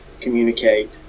communicate